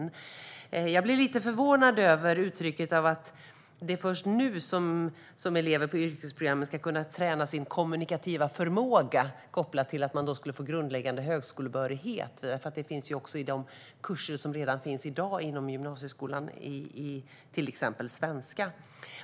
Jag blir lite förvånad över att det är först nu som elever på yrkesprogrammen ska kunna träna sin kommunikativa förmåga, kopplat till att man skulle få grundläggande högskolebehörighet. Detta ingår ju i de kurser som redan i dag finns i gymnasieskolan, i till exempel svenska.